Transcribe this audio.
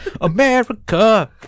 America